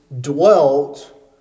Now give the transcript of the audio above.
dwelt